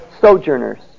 sojourners